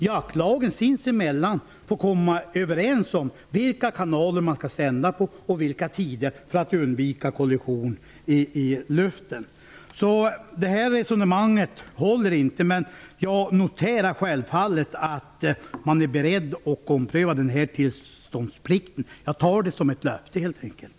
Jaktlagen får sinsemellan komma överens om vilka kanaler man skall sända på och vid vilka tider för att undvika kollision i luften. Resonemanget håller alltså inte. Jag noterar självfallet att man är beredd att ompröva tillståndsplikten. Jag tar det helt enkelt som ett löfte.